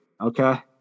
Okay